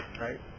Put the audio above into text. right